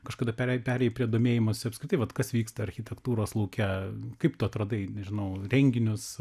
kažkada per perėjai prie domėjimosi apskritai vat kas vyksta architektūros lauke kaip tu atrodai nežinau renginius